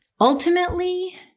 Ultimately